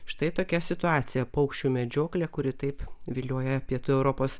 štai tokia situacija paukščių medžioklė kuri taip vilioja pietų europos